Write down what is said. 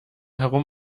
herum